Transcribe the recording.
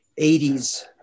80s